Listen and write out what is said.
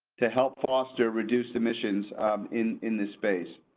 to help foster, reduce emissions in in this space.